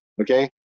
okay